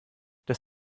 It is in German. das